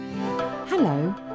Hello